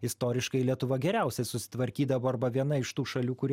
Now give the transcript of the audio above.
istoriškai lietuva geriausiai susitvarkydavo arba viena iš tų šalių kuri